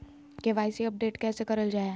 KYC update कैसे करल जाहै?